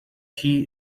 she